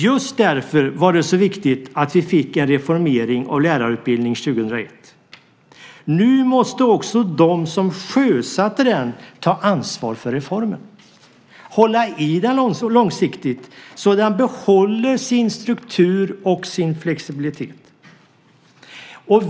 Just därför var det så viktigt att vi fick en reformering av lärarutbildningen 2001. Nu måste också de som sjösatte den ta ansvar för reformen, hålla i den långsiktigt så den behåller sin struktur och sin flexibilitet.